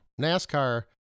NASCAR